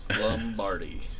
Lombardi